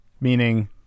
meaning